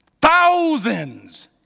thousands